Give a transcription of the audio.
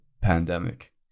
pandemic